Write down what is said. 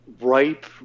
ripe